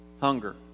Hunger